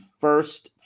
first